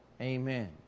Amen